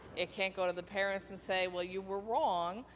it can't go to the parents and say, well, you were wrong,